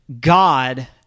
God